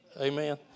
Amen